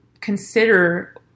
consider